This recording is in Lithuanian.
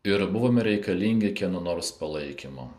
ir buvome reikalingi kieno nors palaikymo